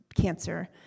cancer